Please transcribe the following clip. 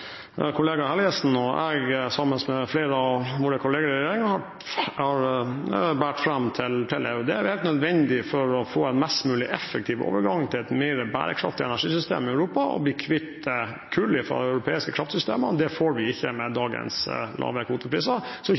kollega Helgesen og jeg, sammen med flere av våre kolleger i regjeringen, har båret fram til EU. Det er helt nødvendig for å få en mest mulig effektiv overgang til et mer bærekraftig energisystem i Europa og bli kvitt kull i de europeiske kraftsystemene. Det får vi ikke med dagens lave kvotepriser. Så er ikke